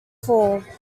four